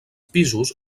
pisos